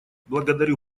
благодарю